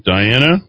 Diana